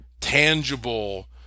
tangible